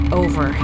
over